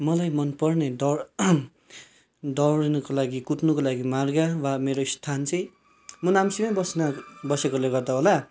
मलाई मनपर्ने दौड दौडनको लागि कुद्नको लागि मार्ग वा मेरो स्थान चाहिँ म नाम्चीमै बस्ना बसेकोले गर्दा होला